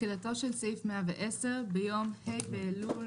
" תחילתו של סעיף 110 ביום ה' באלול